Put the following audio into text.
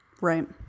Right